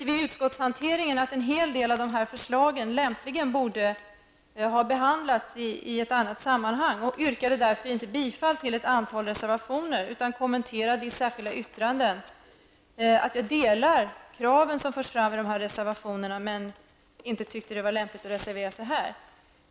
Vid utskottshanteringen tyckte jag att en hel del av dessa förslag lämpligen borde ha behandlats i ett annat sammanhang och yrkade därför inte bifall till ett antal reservationer. Jag kommenterade i stället i särskilda yttranden att jag delar de krav som förs fram i reservationerna, men inte tyckte att det var lämpligt att reservera sig.